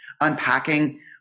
unpacking